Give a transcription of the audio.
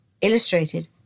illustrated